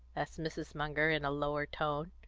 asked mrs. munger in a lower tone.